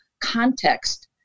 context